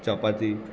चपाती